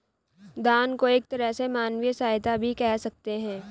दान को एक तरह से मानवीय सहायता भी कह सकते हैं